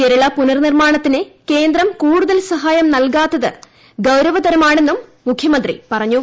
കേരള പുനർനിർമാണത്തിന് കേന്ദ്രം കൂടുതൽ സഹായം നൽകാത്ത് ഗൌരവതരമാണെന്നും മുഖ്യമന്ത്രി പറഞ്ഞു